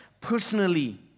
personally